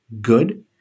good